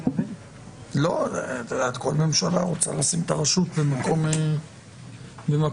כל ממשלה רוצה לשים את הרשות במקום אחר,